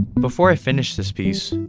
before i finished this piece,